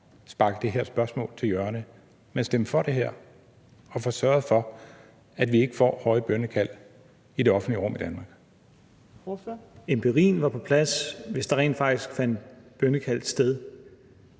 sparke det her spørgsmål til hjørne, men stemme for det her og få sørget for, at vi ikke får høje bønnekald i det offentlige rum i Danmark. Kl. 18:05 Fjerde næstformand (Trine